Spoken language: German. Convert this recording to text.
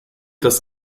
das